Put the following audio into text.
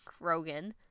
Krogan